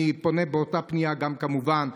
אני פונה באותה פנייה גם, כמובן,